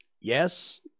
Yes